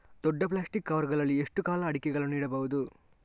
ದೊಡ್ಡ plastic cover ಗಳಲ್ಲಿ ಎಷ್ಟು ಕಾಲ ಅಡಿಕೆಗಳನ್ನು ಇಡಬಹುದು?